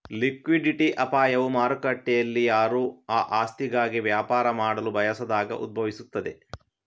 liquidity ಅಪಾಯವು ಮಾರುಕಟ್ಟೆಯಲ್ಲಿಯಾರೂ ಆ ಆಸ್ತಿಗಾಗಿ ವ್ಯಾಪಾರ ಮಾಡಲು ಬಯಸದಾಗ ಉದ್ಭವಿಸುತ್ತದೆ